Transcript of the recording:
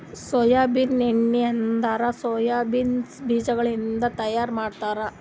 soybean ಎಣ್ಣಿ ಅಂದುರ್ soya beans ಬೀಜಗೊಳಿಂದ್ ತೈಯಾರ್ ಮಾಡ್ತಾರ